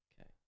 Okay